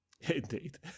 Indeed